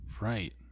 Right